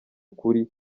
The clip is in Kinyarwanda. ukuri